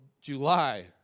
July